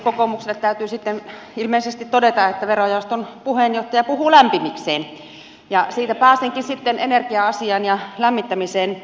kokoomukselle täytyy sitten ilmeisesti todeta että verojaoston puheenjohtaja puhuu lämpimikseen ja siitä pääsenkin sitten energia asiaan ja lämmittämiseen